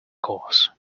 course